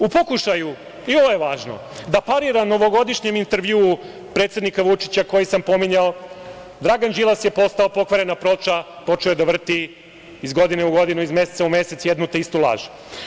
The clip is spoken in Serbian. U pokušaju, i ovo je važno da parira novogodišnjem intervjuu predsednika Vučića koji sam pominjao, Dragan Đilas je postao pokvarena ploča, počeo je da vrti iz godine u godinu iz meseca u mesec jednu te istu laž.